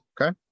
Okay